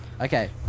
Okay